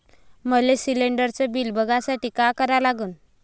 मले शिलिंडरचं बिल बघसाठी का करा लागन?